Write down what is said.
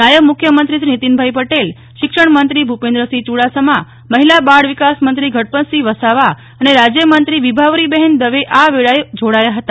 નાયબ મુખ્યમંત્રી શ્રી નીતિનભાઈ પટેલશિક્ષણમંત્રી શ્રી ભુપેન્દ્રસિંહ ચૂડાસમામહિલા બાળ વિકાસ મંત્રી શ્રી ગણપતસિંહ વસાવા અને રાજયમંત્રી શ્રી વિભાવરીબહેન દવે આ વેળાએ જોડાયા હતા